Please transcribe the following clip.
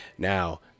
Now